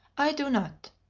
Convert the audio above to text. i do not.